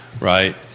Right